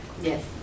Yes